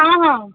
हा हा